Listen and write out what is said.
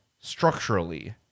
structurally